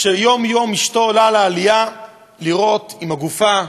כשיום-יום אשתו עולה לעלייה לראות אם הגופה,